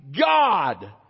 God